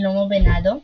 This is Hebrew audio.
שלמה בנאדו,